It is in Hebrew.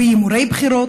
בהימורי בחירות,